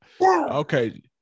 Okay